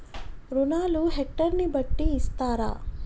రుణాలు హెక్టర్ ని బట్టి ఇస్తారా?